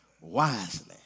wisely